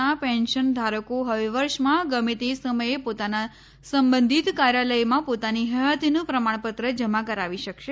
ના પેન્શન ધારકો હવે વર્ષમાં ગમે તે સમયે પોતાના સંબંધિત કાર્યાલયમાં પોતાની હયાતીનું પ્રમાણપત્ર જમા કરાવી શકશે